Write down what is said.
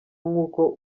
nk’uko